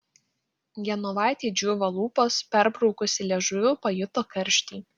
genovaitei džiūvo lūpos perbraukusi liežuviu pajuto karštį